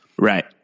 Right